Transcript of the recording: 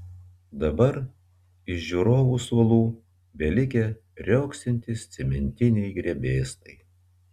dabar iš žiūrovų suolų belikę riogsantys cementiniai grebėstai